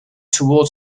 toward